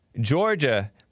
Georgia